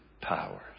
powers